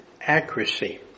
accuracy